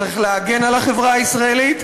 צריך להגן על החברה הישראלית,